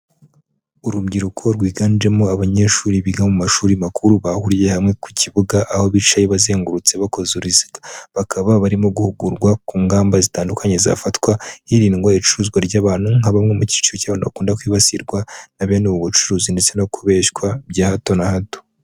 Urubyiruko rwiganjemo abanyeshuri biga mu mashuri makuru bahuriye hamwe ku kibuga, aho bicaye bazengurutse bakoze uruziga. Bakaba barimo guhugurwa ku ngamba zitandukanye zafatwa hirindwa icuruzwa ry'abantu nka bamwe mu cyiciro cy'abantu bakunda kwibasirwa na bene ubu bucuruzi ndetse no kubeshywa bya hato na hato.